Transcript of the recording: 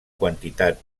quantitat